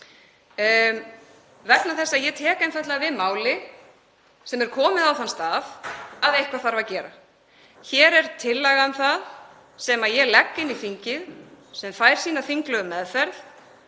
vegna þess að ég tek einfaldlega við máli sem er komið á þann stað að eitthvað þarf að gera. Hér er tillaga um það sem ég legg fyrir þingið, hún fær sína þinglegu meðferð